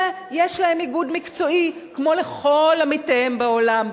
ויש להם איגוד מקצועי כמו לכל עמיתיהם בעולם.